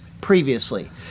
previously